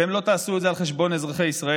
אתם לא תעשו את זה על חשבון אזרחי ישראל.